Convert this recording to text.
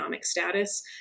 status